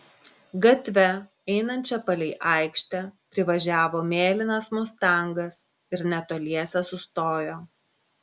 gatve einančia palei aikštę privažiavo mėlynas mustangas ir netoliese sustojo